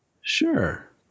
Sure